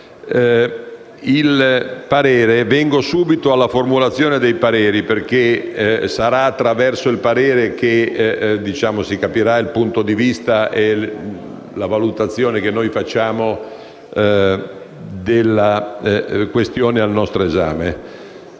Presidente, vengo subito alla formulazione dei pareri, perché sarà attraverso il parere che si capirà il punto di vista e la valutazione del Governo sulla questione al nostro esame.